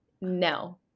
no